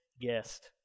guest